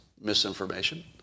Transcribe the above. misinformation